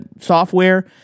software